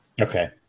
Okay